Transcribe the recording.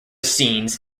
scenes